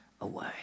away